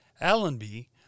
Allenby